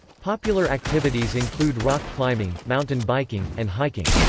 popular activities include rock climbing, mountain biking, and hiking.